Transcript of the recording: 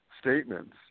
statements